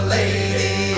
lady